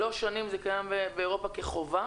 שלוש שנים זה קיים באירופה כחובה?